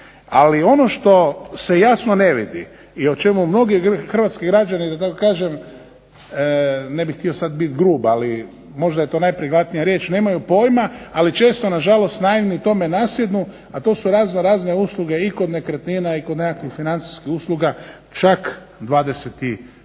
ali ono što se jasno ne vidi i o čemu mnogi hrvatski građani da tako kažem, ne bih htio sad biti grub ali možda je to najprikladnija riječ, nemaju pojma ali često nažalost naivni u tome nasjednu, a to su raznorazne usluge i kod nekretnina i kod nekakvih financijskih usluga čak 25%.